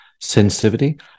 sensitivity